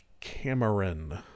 Cameron